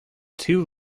two